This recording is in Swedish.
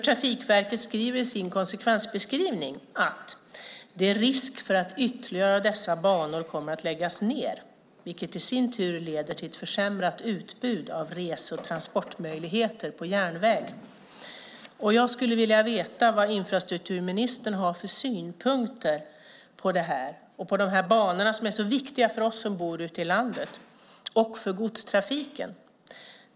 Trafikverket skriver i sin konsekvensbeskrivning: Det är risk för att ytterligare av dessa banor kommer att läggas ned, vilket i sin tur leder till ett försämrat utbud av resor och transportmöjligheter på järnväg. Jag skulle vilja veta vilka synpunkter infrastrukturministern har på detta - de banor som är så viktiga för oss som bor ute i landet och för godstrafiken.